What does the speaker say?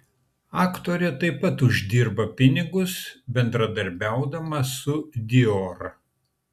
aktorė taip pat uždirba pinigus bendradarbiaudama su dior